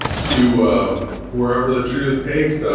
to wherever the truth takes them